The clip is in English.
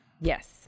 yes